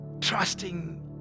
trusting